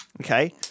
Okay